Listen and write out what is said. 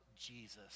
Jesus